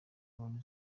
yabonye